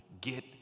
get